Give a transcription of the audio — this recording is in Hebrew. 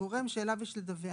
הגורם שאליו יש לדווח